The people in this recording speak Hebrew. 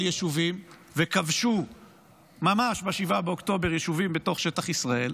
יישובים וכבשו ממש ב-7 באוקטובר יישובים בתוך שטח ישראל,